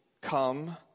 come